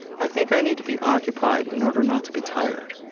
i think i need to be occupied in order not to be tired.